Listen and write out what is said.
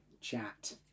chat